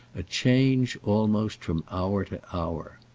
a change almost from hour to hour.